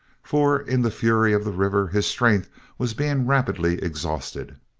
for in the fury of the river his strength was being rapidly exhausted.